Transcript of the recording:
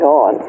on